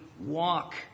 walk